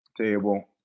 table